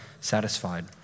satisfied